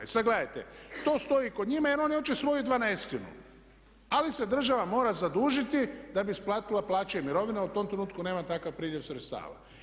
I sada gledajte to stoji kod njih jer oni hoće svoju dvanaestinu ali se država mora zadužiti da bi isplatila plaće i mirovine a u tom trenutku nema takav priljev sredstava.